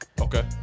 Okay